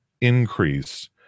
increase